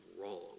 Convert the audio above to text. wrong